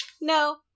no